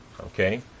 okay